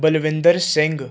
Balwinder Singh